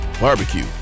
barbecue